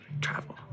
travel